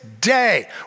day